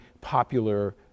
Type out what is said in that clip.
popular